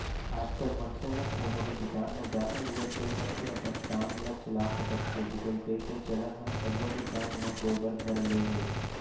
आजकल मनसे मन कोनो भी दुकान म जाके गुगल पे करके अपन काम ल चला सकत हें गुगल पे के चलन ह सब्बो दुकान म होय बर धर ले हे